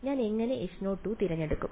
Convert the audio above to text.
ഞാൻ എങ്ങനെ H0 തിരഞ്ഞെടുക്കും